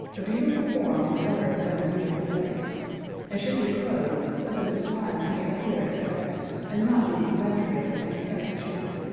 a beautiful form is better than a beautiful face and should be clothed so that its lines may appear at their best, and not be exaggerated and caricatured.